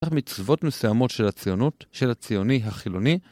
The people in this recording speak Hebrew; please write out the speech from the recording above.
מצוות מסוימות של הציונות, של הציוני החילוני